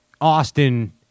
Austin